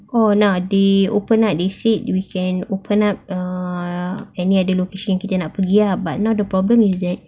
oh not they open up they say open up uh any other locations kita nak pergi ah but now the problem is that